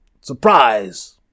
surprise